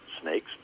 snakes